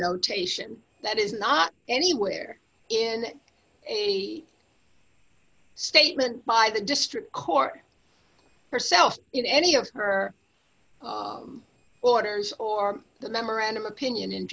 notation that is not anywhere in the statement by the district court herself in any of her well orders or the memorandum opinion in